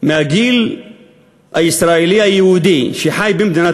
מהדור הצעיר הישראלי היהודי שחי במדינת